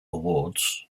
awards